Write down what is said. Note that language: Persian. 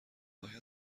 باید